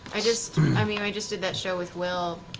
i just i mean i mean just did that show with wil.